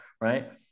right